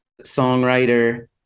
songwriter